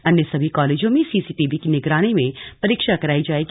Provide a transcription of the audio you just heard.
अन्य सभी कालेजों में सीसीटीवी की निगरानी में परीक्षा कराई जाएगी